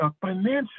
financial